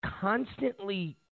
constantly